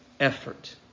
Effort